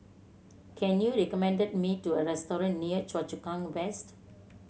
can you recommend me to a restaurant near Choa Chu Kang West